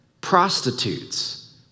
prostitutes